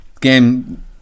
game